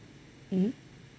mmhmm